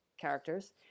characters